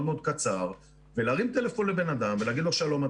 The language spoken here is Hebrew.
מאוד קצר ולהרים טלפון לבן אדם ולהגיד לו: שלום,